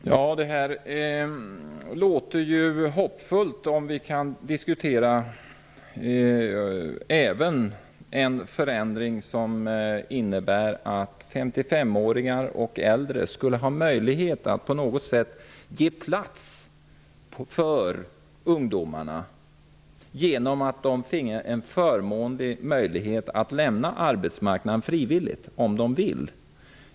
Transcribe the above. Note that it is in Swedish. Herr talman! Det låter ju hoppfullt om vi kan diskutera även en förändring, som innebär att 55 åringar och äldre, genom att de fick en förmånlig möjlighet att lämna arbetsmarknaden frivilligt, kunde ge plats åt ungdomar.